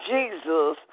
Jesus